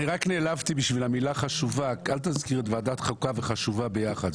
אל תזכיר את ועדת חוקה ו"חשובה" ביחד.